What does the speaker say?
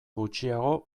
gutxiago